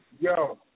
Yo